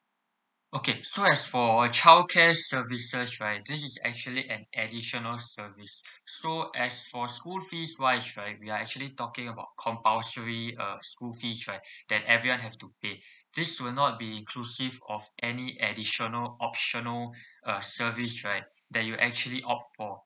okay so as for childcare services right this is actually an additional service so as for school fees wise right we are actually talking about compulsory uh school fees right then everyone have to pay this will not be inclusive of any additional optional uh service right that you actually opt for